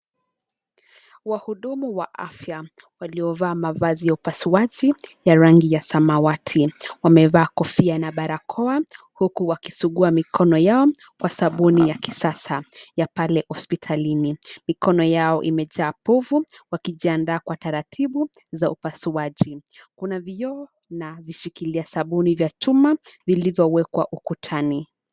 Wahudumu wa afya waliovaa mavazi ya upasuaji ya rangi ya samawati, wamevaa kofia na barakoa huku wakisugua mikono yao kwa sabuni ya kisasa ya pale hospitalini. Mikono yao imejaa povu wakijiandaa kwa taratibu za upasuaji. Kuna vioo na vishikilia sabuni vya chuma vilivyowekwa ukutani.